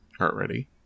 already